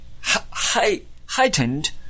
heightened